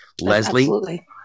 Leslie